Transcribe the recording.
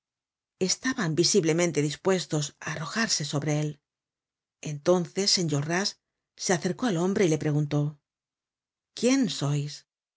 estaban visiblemente dispuestos á arrojarse sobre él entonces enjolras se acercó al hombre y le preguntó quién sois